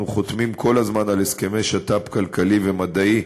אנחנו חותמים כול הזמן על הסכמי שת"פ כלכלי ומדעי,